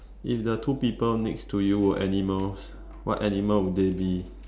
if the two people next to you were animals what animal would they be